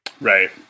Right